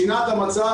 שינה את המצב.